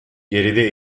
geride